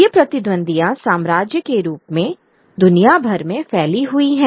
ये प्रतिद्वंद्वियां साम्राज्य के रूप में दुनिया भर में फैली हुई हैं